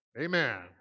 Amen